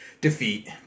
defeat